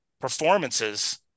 performances